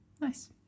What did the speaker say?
nice